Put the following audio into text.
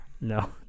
No